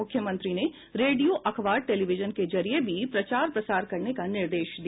मुख्यमंत्री ने रेडियो अखबार टेलीविजन के जरिये भी प्रचार प्रसार करने का निर्देश दिया